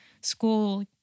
school